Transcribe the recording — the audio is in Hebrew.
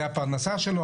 זו הפרנסה שלו.